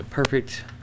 Perfect